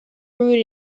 brewed